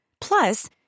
Plus